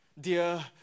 Dear